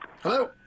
Hello